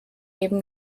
eben